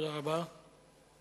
תודה רבה.